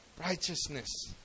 righteousness